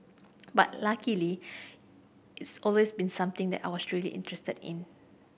but luckily it's always been something that I was really interested in